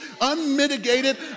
unmitigated